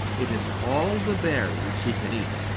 it is all the berries he can eat,